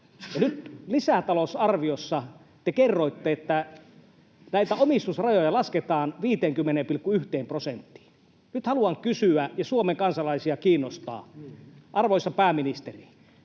nyt lisätalousarviossa te kerroitte, että näitä omistusrajoja lasketaan 50,1 prosenttiin. Nyt haluan kysyä ja Suomen kansalaisia kiinnostaa: arvoisa pääministeri,